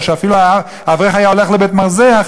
או שאפילו אברך היה הולך לבית-מרזח,